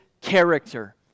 character